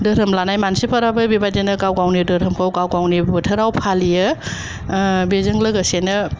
धोरोम लानाय मानसिफोराबो बेबादिनो गाव गावनि धोरोमखौ गाव गावनि बोथोरावहाय फालियो ओ बेजों लोगोसेनो